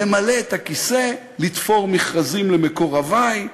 למלא את הכיסא, לתפור מכרזים למקורבי,